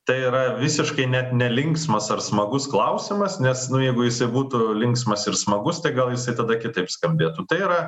tai yra visiškai net nelinksmas ar smagus klausimas nes nu jeigu jisai būtų linksmas ir smagus tai gal jisai tada kitaip skambėtų tai yra